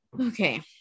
Okay